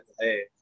Hey